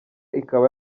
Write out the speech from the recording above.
ikaba